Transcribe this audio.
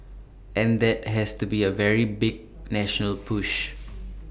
and that has to be A very big national push